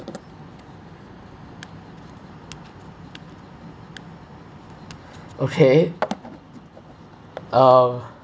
okay um